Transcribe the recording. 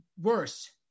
worse